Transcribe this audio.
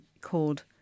called